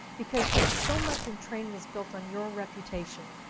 because it's so much in training, is built on your reputation.